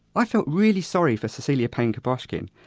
i felt really sorry for cecilia payne-gaposchkin,